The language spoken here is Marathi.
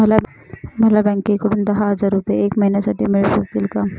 मला बँकेकडून दहा हजार रुपये एक महिन्यांसाठी मिळू शकतील का?